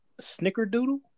snickerdoodle